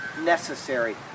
necessary